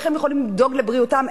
איך הם יכולים לדאוג לבריאותם?